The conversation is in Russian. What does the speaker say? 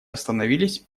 остановились